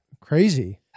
Crazy